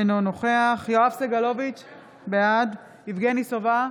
אינו נוכח יואב סגלוביץ' בעד יבגני סובה,